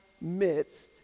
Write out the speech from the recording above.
midst